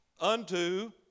unto